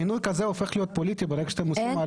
מינוי כזה הופך להיות פוליטי ברגע שאתם עושים מהלך כזה.